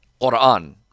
Quran